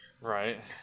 right